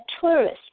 tourist